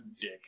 dick